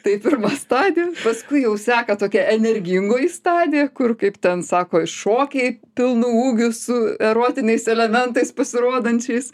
tai pirma stadija paskui jau seka tokia energingoji stadija kur kaip ten sako šokiai pilnu ūgiu su erotiniais elementais pasirodančiais